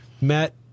Matt